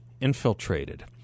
infiltrated